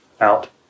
Out